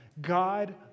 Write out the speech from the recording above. God